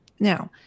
Now